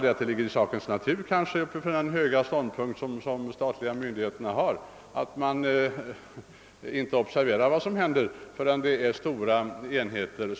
Det ligger väl i sakens natur att den statliga myndigheten, med de höga syf ten den har, observerar vad som händer när det gäller stora enheter.